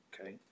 okay